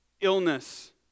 illness